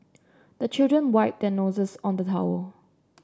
the children wipe their noses on the towel